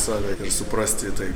save ir suprasti tai